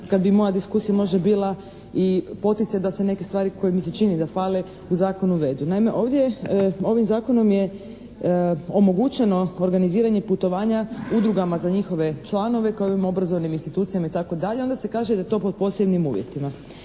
kad bi moja diskusija možda bila i poticaj da se neke stvari koje mi se čini da fale u zakonu uvedu. Naime, ovim zakonom je omogućeno organiziranje putovanja udrugama za njihove članove kao i obrazovnim institucijama itd., onda se kaže da je to po posebnim uvjetima.